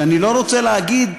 שאני לא רוצה להגיד,